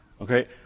Okay